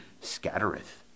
scattereth